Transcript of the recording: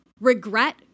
regret